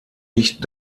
nicht